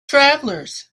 travelers